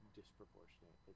disproportionate